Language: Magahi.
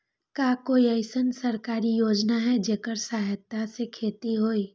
का कोई अईसन सरकारी योजना है जेकरा सहायता से खेती होय?